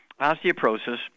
osteoporosis